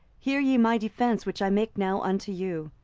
hear ye my defence which i make now unto you.